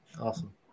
Awesome